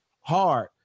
hard